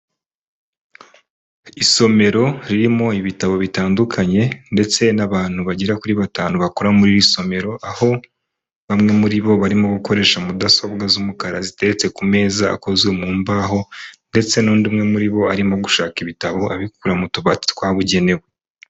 Isomero ririmo ibitabo bitandukanye ndetse n'abantu bagera kuri batanu bakora muri iri somero aho bamwe muri bo barimo gukoresha mudasobwa z'umukara ziteretse ku meza akozwe mu mbaho ndetse n'undi umwe muri bo arimo gushaka ibitabo abikura mu tubati twabugenewe.